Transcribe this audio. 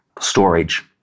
storage